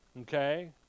Okay